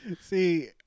See